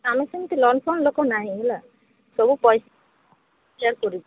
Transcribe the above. ଆମର ସେମତି loan phone ଲୋକ ନାହିଁ ହେଲା ସବୁ ପଇସା କ୍ଲିୟର କରିବୁ